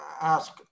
ask